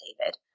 David